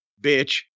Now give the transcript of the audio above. Bitch